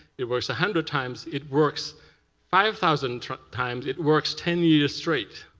it works a hundred times. it works five thousand times. it works ten years straight.